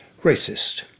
racist